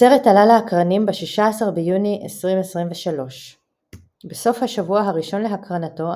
הסרט עלה לאקרנים ב-16 ביוני 2023. בסוף השבוע הראשון להקרנתו,